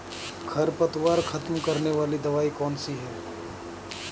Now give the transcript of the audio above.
खरपतवार खत्म करने वाली दवाई कौन सी है?